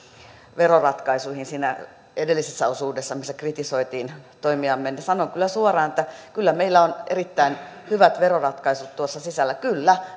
veroratkaisuihin siinä edellisessä osuudessa missä kritisoitiin toimiamme sanon kyllä suoraan että kyllä meillä on erittäin hyvät veroratkaisut tuossa sisällä kyllä